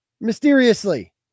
mysteriously